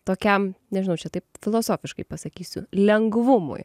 tokiam nežinau čia taip filosofiškai pasakysiu lengvumui